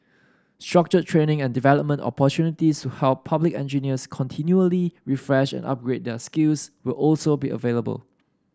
structured training and development opportunities to help public engineers continually refresh and upgrade their skills will also be available